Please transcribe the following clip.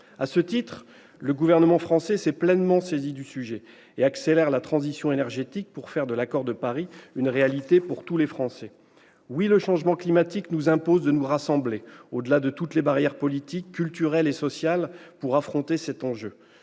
À ce titre, le gouvernement français s'est pleinement saisi du sujet et accélère la transition énergétique pour faire de l'accord de Paris une réalité pour tous les Français. Oui, le changement climatique nous impose de nous rassembler, au-delà de toutes les barrières politiques, culturelles et sociales, pour faire face à cet enjeu.